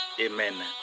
amen